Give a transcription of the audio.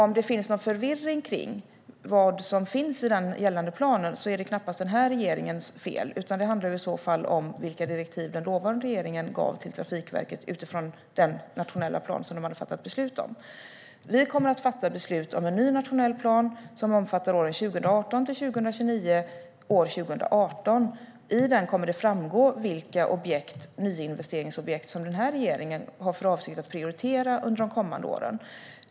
Om det finns någon förvirring om vad som finns i den gällande planen är det knappast den här regeringens fel. Det handlar i så fall om vilka direktiv den dåvarande regeringen gav till Trafikverket utifrån den nationella plan man hade fattat beslut om. Vi kommer att fatta beslut om en ny nationell plan som omfattar åren 2018-2029 år 2018. I den kommer det att framgå vilka nyinvesteringsobjekt som den här regeringen har för avsikt att prioritera under de kommande åren.